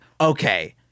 okay